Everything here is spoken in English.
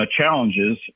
challenges